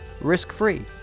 risk-free